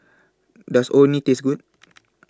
Does Orh Nee Taste Good